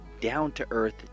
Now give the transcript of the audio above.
down-to-earth